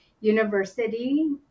university